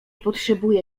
potrzebuję